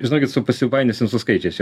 žinokit su pasiupainiosim su skaičiais čia